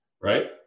right